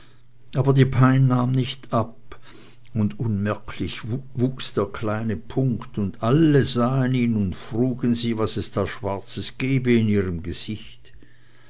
aber die pein nahm nicht ab und unmerklich wuchs der kleine punkt und alle sahen ihn und frugen sie was es da schwarzes gebe in ihrem gesichte